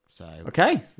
Okay